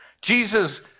Jesus